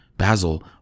Basil